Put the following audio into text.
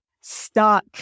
stuck